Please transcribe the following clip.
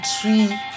tree